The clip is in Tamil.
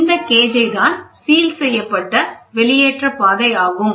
இந்த பாதை தான் சீல் செய்யப்பட்ட வெளியேற்ற பாதை ஆகும்